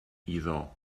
iddo